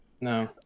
No